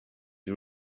you